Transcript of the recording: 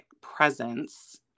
presence